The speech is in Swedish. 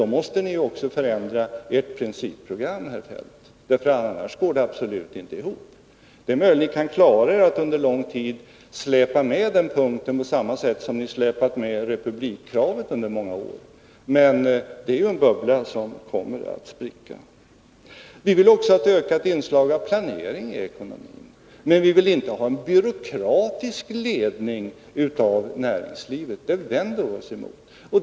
Då måste ni ju också förändra ert principprogram, herr Feldt, för annars går det absolut inte ihop. Det är möjligt att ni kan klara av att under lång tid släpa med er den punkten, på samma sätt som ni släpat med er republikkravet under många år, men det är en bubbla som kommer att spricka. Vi vill också ha ett ökat inslag av planering i ekonomin, men vi vill inte ha en byråkratisk ledning av näringslivet — det vänder vi oss emot.